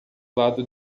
lado